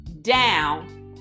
down